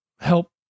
help